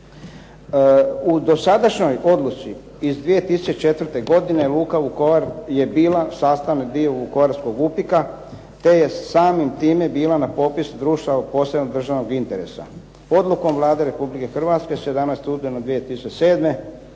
U dosadašnjoj odluci iz 2004. godine luka Vukovar je bila sastavni dio vukovarskog VUPIK-a, te je samim time bila na popisu društava od posebnog državnog interesa. Odlukom Vlade Republike Hrvatske 17. studenog 2007.